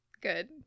good